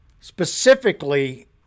specifically